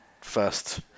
first